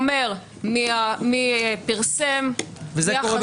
זה אומר, מי פרסם, מי החשוד.